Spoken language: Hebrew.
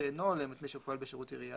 שאינו הולם את מי שפועל בשירות עירייה,